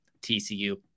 TCU